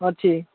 ଅଛି